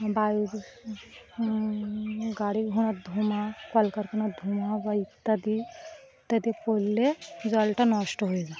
বায় গাড়ি ঘোড়ার ধোঁয়া কলকারখানার ধোঁয়া বা ইত্যাদি ইত্যাদি পড়লে জলটা নষ্ট হয়ে যায়